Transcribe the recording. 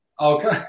Okay